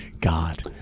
God